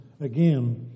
again